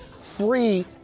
Free